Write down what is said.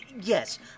yes